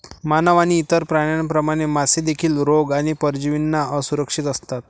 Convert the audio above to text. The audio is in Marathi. मानव आणि इतर प्राण्यांप्रमाणे, मासे देखील रोग आणि परजीवींना असुरक्षित असतात